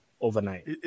overnight